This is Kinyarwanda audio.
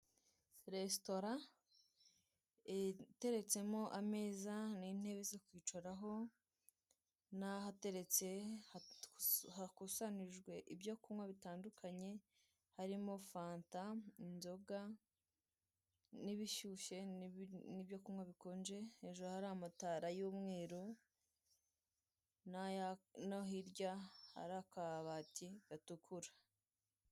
Resitora iteretsemo ameza n'intebe zo kwicaraho n'ahateretse hakusanijwe ibyo kunywa bitandukanye harimo fanta, inzoga n'ibishyushye n'ibyo kunywa bikonje. Hejuru hari amatara y'umweru, no hirya hari akabati gatukura.